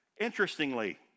Interestingly